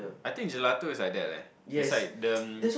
I think gelato is like that leh beside them